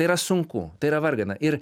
tai yra sunku tai yra vargana ir